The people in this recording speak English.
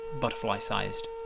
butterfly-sized